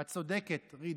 את צודקת ג'ידא,